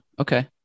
Okay